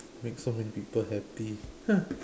make so many people happy !huh!